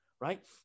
right